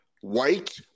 white